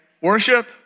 Worship